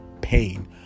pain